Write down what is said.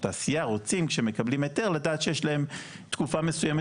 או תעשייה רוצים שמקבלים הייתר לדעת שיש להם תקופה מסוימת